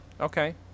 Okay